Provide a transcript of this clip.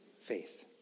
Faith